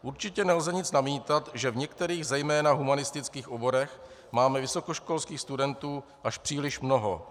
Určitě nelze nic namítat, že v některých zejména humanistických oborech máme vysokoškolských studentů až příliš mnoho.